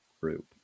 group